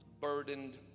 burdened